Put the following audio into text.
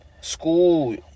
school